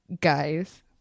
guys